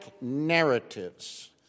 narratives